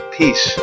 peace